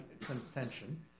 contention